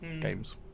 games